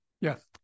Yes